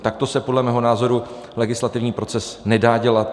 Takto se podle mého názoru legislativní proces nedá dělat.